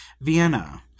Vienna